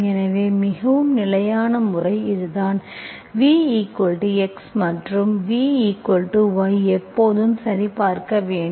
எனவே மிகவும் நிலையான முறை இதுதான் vxமற்றும் vy எப்போதும் சரிபார்க்க வேண்டும்